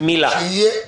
שיהיה --- מילה.